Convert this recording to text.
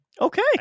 okay